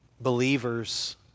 believers